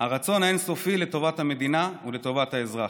הרצון האין-סופי לטובת המדינה ולטובת האזרח.